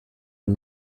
und